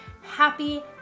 Happy